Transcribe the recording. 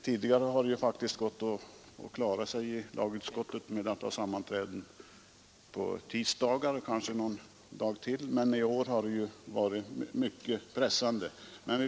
Tidigare har det faktiskt gått att klara sig i lagutskottet med sammanträden på tisdagar och kanske någon dag till, men i år har det varit mycket pressande.